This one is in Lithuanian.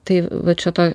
tai vat čia to